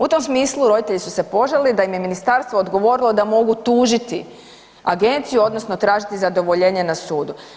U tom smislu roditelji su se požalili da im je ministarstvo odgovorilo da mogu tužiti agenciju odnosno tražiti zadovoljenje na sudu.